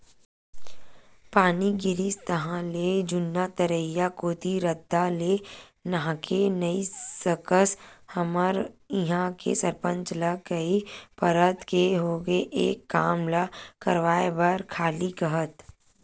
पानी गिरिस ताहले जुन्ना तरिया कोती रद्दा ले नाहके नइ सकस हमर इहां के सरपंच ल कई परत के होगे ए काम ल करवाय बर खाली काहत